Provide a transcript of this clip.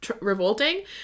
revolting